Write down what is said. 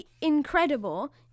incredible